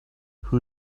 who